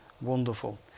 Wonderful